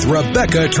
Rebecca